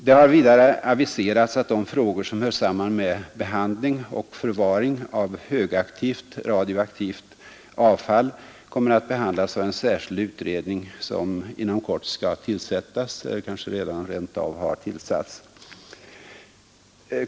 Det har vidare aviserats att de frågor som hör samman med behandling och förvaring av högaktivt radioaktivt avfall kommer att behandlas av en särskild utredning som inom kort skall tillsättas eller som kanske redan rent av har tillsatts.